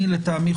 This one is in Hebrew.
לטעמי,